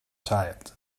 child